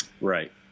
right